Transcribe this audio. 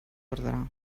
ordre